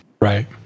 Right